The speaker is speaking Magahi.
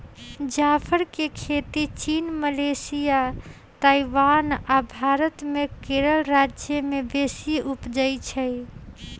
जाफर के खेती चीन, मलेशिया, ताइवान आ भारत मे केरल राज्य में बेशी उपजै छइ